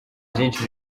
byinshi